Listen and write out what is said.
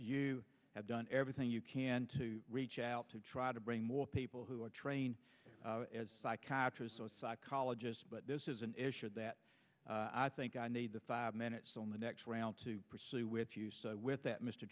you have done everything you can to reach out to try to bring more people who are trained as catchers so psychologists but this is an issue that i think i need the five minutes on the next round to pursue with you with that mr